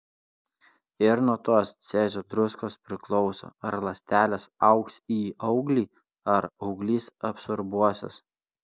ir nuo tos cezio druskos priklauso ar ląstelės augs į auglį ar auglys absorbuosis